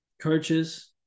coaches